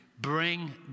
bring